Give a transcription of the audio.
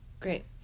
Great